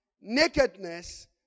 nakedness